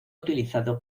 utilizado